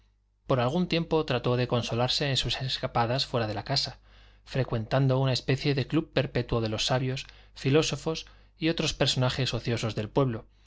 por algún tiempo trató de consolarse en sus escapadas fuera de la casa frecuentando una especie de club perpetuo de los sabios filósofos y otros personajes ociosos del pueblo